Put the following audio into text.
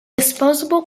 disposable